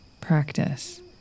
practice